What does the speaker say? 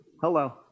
Hello